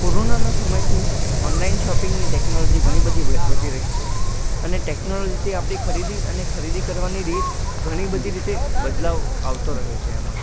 કોરોનાના સમયથી ઓનલાઇન શોપિંગની ટેકનોલોજી ઘણી બધી વ વધી રહી છે અને ટેકનોલોજીથી આપણી ખરીદી અને ખરીદી કરવાની રીત ઘણી બધી રીતે બદલાવ આવતો રહ્યો છે એમાં